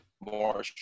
more